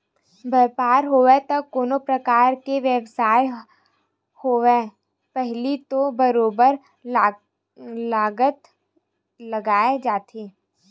बइपार होवय ते कोनो परकार के बेवसाय होवय पहिली तो बरोबर लागत लगाए जाथे